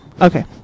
Okay